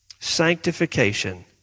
sanctification